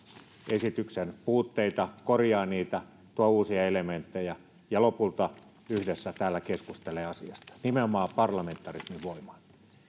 esityksen puutteita korjaa niitä tuo uusia elementtejä ja lopulta yhdessä täällä keskustelee asiasta nimenomaan parlamentarismin voimaan